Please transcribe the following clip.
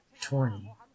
twenty